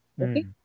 Okay